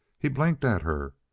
he blinked at her,